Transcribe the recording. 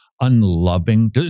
unloving